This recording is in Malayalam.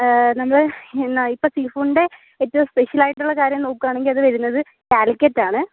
നമ്മള് ഇന്ന് ഇപ്പോൾ സീഫുഡിൻ്റെ ഏറ്റവും സ്പെഷ്യലായിട്ടുള്ള കാര്യം നോക്കുവാണെങ്കിൽ അത് വരുന്നത് കാലികട്ട് ആണ്